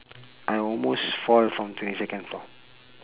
I almost fall from twenty second floor